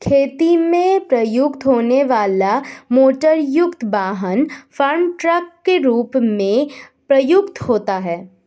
खेती में प्रयुक्त होने वाला मोटरयुक्त वाहन फार्म ट्रक के रूप में प्रयुक्त होता है